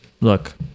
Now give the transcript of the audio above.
look